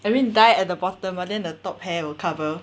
I mean dye at the bottom but then the top hair will cover